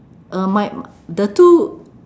uh my the two